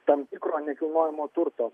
tam tikro nekilnojamo turto